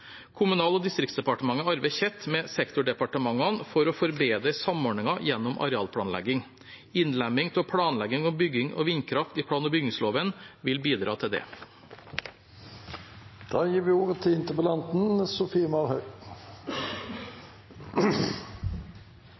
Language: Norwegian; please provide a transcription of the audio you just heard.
Kommunal- og distriktsdepartementet arbeider tett med sektordepartementene for å forbedre samordningen gjennom arealplanlegging. Innlemming av planlegging og bygging av vindkraft i plan- og bygningsloven vil bidra til det.